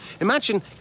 Imagine